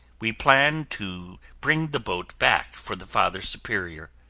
we plan to bring the boat back for the father superior.